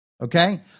Okay